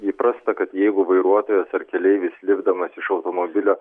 įprasta kad jeigu vairuotojas ar keleivis lipdamas iš automobilio